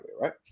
right